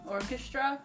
Orchestra